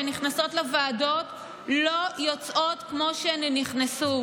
כולנו יודעים שהצעות החוק שנכנסות לוועדות לא יוצאות כמו שהן נכנסו.